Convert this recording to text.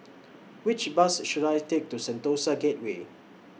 Which Bus should I Take to Sentosa Gateway